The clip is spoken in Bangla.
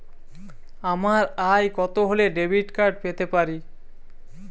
আমার আয় কত হলে ডেবিট কার্ড পেতে পারি?